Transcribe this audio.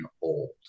old